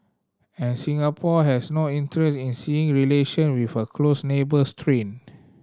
and Singapore has no interest in seeing relation with a close neighbour strained